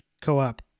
co-op